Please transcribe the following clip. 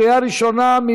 בקריאה ראשונה.